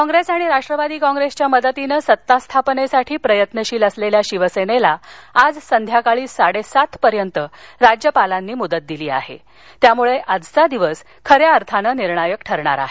कॉप्रेस आणि राष्ट्रवादी कॉप्रेसच्या मदतीन सत्ता स्थापनेसाठी प्रयत्नशील असलेल्या शिवसेनेला आज संध्याकाळी साडेसात पर्यंत राज्यपालांनी मुदत दिली असून त्यामुळे आजचा दिवस निर्णायक ठरणार आहे